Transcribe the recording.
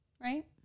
Right